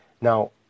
now